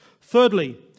Thirdly